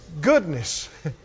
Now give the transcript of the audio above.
goodness